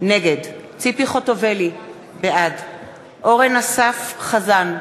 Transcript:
נגד ציפי חוטובלי, בעד אורן אסף חזן,